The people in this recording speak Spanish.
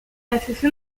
decisión